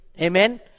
Amen